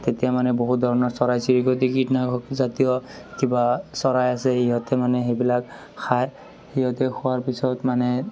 তেতিয়া মানে বহুত ধৰণৰ চৰাই চিৰিকটি কিট নাশক জাতীয় কিবা চৰাই আছে সিহঁতে মানে সেইবিলাক খাই সিহঁতে খোৱাৰ পিছত মানে